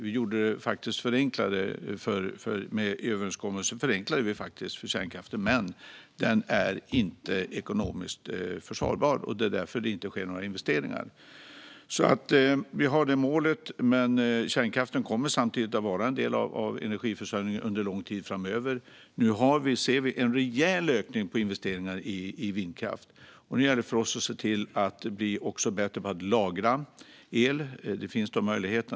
Med överenskommelsen förenklade vi faktiskt för kärnkraften, men den är inte ekonomiskt försvarbar, och det är därför det inte sker några investeringar. Vi har alltså det målet, men kärnkraften kommer samtidigt att vara en del av energiförsörjningen under en lång tid framöver. Nu ser vi en rejäl ökning av investeringar i vindkraft. Nu gäller det för oss att se till att också bli bättre på att lagra el. Det finns möjligheter.